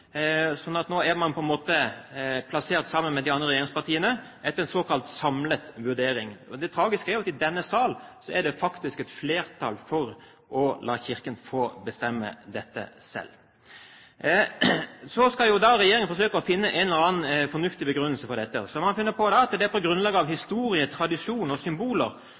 Nå har det fått en helt annen lyd, nå er man på en måte plassert sammen med de andre regjeringspartiene, etter en såkalt «samlet vurdering». Og det tragiske er jo at i denne sal er det faktisk flertall for å la Kirken få bestemme dette selv. Så skal da regjeringen forsøke å finne en eller annen fornuftig begrunnelse for dette. Og det man har funnet på, er at det er på grunnlag av historie, tradisjon og symboler